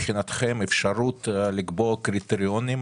מבחינתכם אפשרות לקבוע קריטריונים